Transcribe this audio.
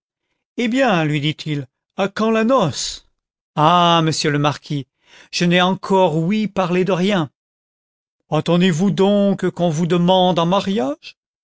eh bien lui dit-il à quand la noce mais monsieur le marquis je n'ai encore ouï parler de rien attendez-vous donc qu'on vous demande en mariage